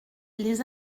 les